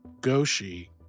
Goshi